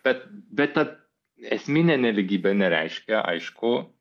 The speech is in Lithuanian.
bet bet ta esminė nelygybė nereiškia aišku